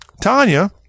tanya